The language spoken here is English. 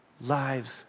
lives